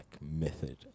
method